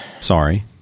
Sorry